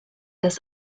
das